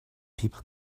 people